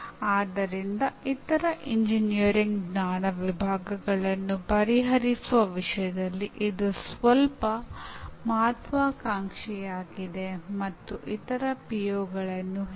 ಎರಡನೆಯದು ಎಂಜಿನಿಯರಿಂಗ್ ಶಿಕ್ಷಣದಲ್ಲಿನ ಅಂದಾಜುವಿಕೆ ಬಗ್ಗೆ ನಾವು ಏಕೆ ಕಾಳಜಿ ವಹಿಸಬೇಕು ಮತ್ತು ಹೇಗೆ